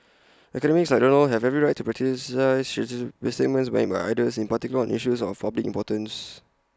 academics like Donald have every right to criticise statements made by others in particular on issues of public importance